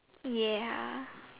ya